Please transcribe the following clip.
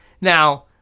now